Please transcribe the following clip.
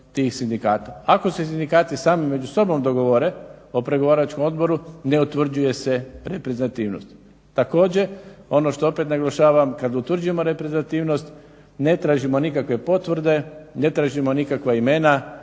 tih sindikata. Ako se sindikati sami među sobom dogovore o pregovaračkom odboru ne utvrđuje se reprezentativnost. Također, ono što opet naglašavam, kad utvrđujemo reprezentativnost ne tražimo nikakve potvrde, ne tražimo nikakva imena,